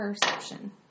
Perception